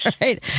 right